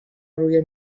روی